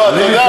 לא, אתה יודע?